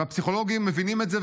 והפסיכולוגים מבינים את זה,